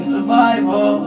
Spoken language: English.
Survival